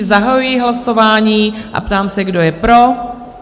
Zahajuji hlasování a ptám se, kdo je pro?